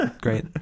Great